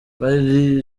buri